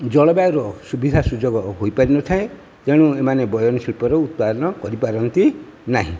ଜଳବାୟୁର ସୁବିଧା ସୁଯୋଗ ହୋଇପାରେ ନ ଥାଏ ତେଣୁ ଏମାନେ ବୟନଶିଳ୍ପର ଉତ୍ପାଦନ କରିପାରନ୍ତି ନାହିଁ